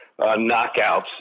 knockouts